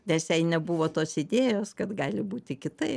nes jai nebuvo tos idėjos kad gali būti kitaip